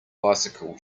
bicycle